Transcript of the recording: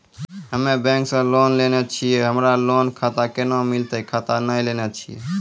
हम्मे बैंक से लोन लेली छियै हमरा लोन खाता कैना मिलतै खाता नैय लैलै छियै?